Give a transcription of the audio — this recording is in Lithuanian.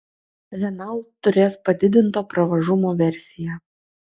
renault turės padidinto pravažumo versiją